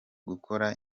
gukora